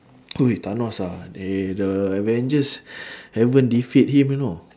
!oi! thanos ah they the avengers haven't defeat him you know